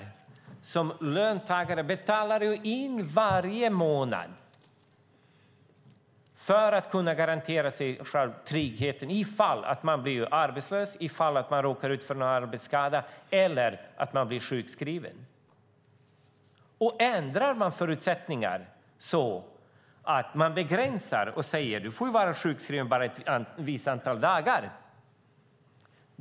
Det är pengar som löntagaren betalar in varje månad för att kunna garantera sig själv tryggheten ifall man blir arbetslös, ifall man råkar ut för någon arbetsskada eller ifall man blir sjukskriven. Låt oss säga att man ändrar förutsättningarna så att man begränsar och säger: Du får vara sjukskriven bara ett visst antal dagar.